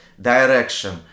direction